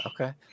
Okay